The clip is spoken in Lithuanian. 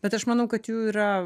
bet aš manau kad jų yra